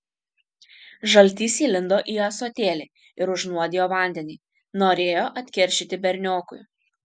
žaltys įlindo į ąsotėlį ir užnuodijo vandenį norėjo atkeršyti berniokui